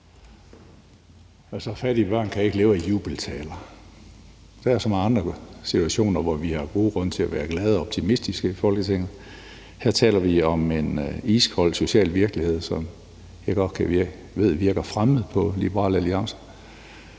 Fattige børn kan ikke leve af jubeltaler. Der er så mange andre situationer, hvor vi har gode grunde til at være glade og optimistiske i Folketinget. Her taler vi om en iskold social virkelighed, som jeg godt ved virker fremmed for Liberal Alliance,